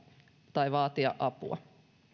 tai vaatia apua